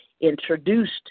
introduced